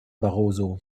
barroso